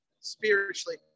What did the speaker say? spiritually